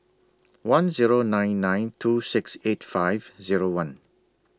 one Zero nine nine two six eight five Zero one